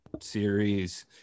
series